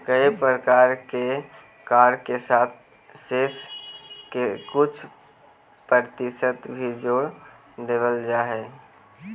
कए प्रकार के कर के साथ सेस के कुछ परतिसत भी जोड़ देवल जा हई